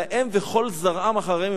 אלא הם וכל זרעם אחריהם,